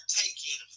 taking